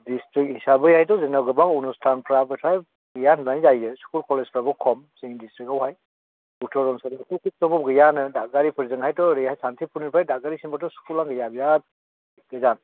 district हिसाबैहायथ' जोंनाव गोबां अनुस्थानफ्रा फ्राय गैया होननाय जायो स्कुल कलेजफ्राबो खम जोंनि दिस्ट्रिक्टावहाय भिथोर ओनसोलावथ' गैयानो दादगारिथिंजोंहायथ' ओरैहाय सान्थिफुरनिफ्राय दादगारिसिमबोथ' स्खुलानो गैया बिराद गोजान